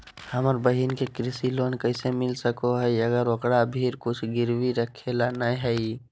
हमर बहिन के कृषि लोन कइसे मिल सको हइ, अगर ओकरा भीर कुछ गिरवी रखे ला नै हइ?